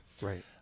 right